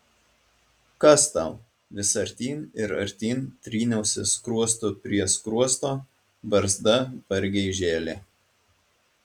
kas tau vis artyn ir artyn tryniausi skruostu prie skruosto barzda vargiai žėlė